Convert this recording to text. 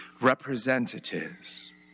representatives